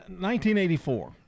1984